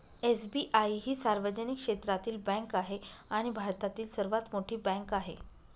SBI ही सार्वजनिक क्षेत्रातील बँक आहे आणि भारतातील सर्वात मोठी बँक आहे